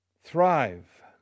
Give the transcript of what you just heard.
Thrive